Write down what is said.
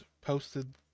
posted